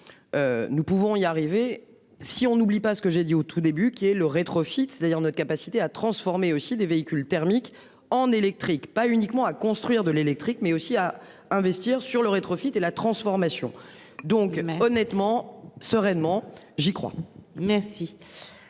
Nous pouvons y arriver si on n'oublie pas ce que j'ai dit au tout début, qui est le rétrofit, c'est-à-dire notre capacité à transformer aussi des véhicules thermiques en électriques pas uniquement à construire de l'électrique mais aussi à investir sur le rétrofit et la transformation donc honnêtement sereinement, j'y crois. Merci.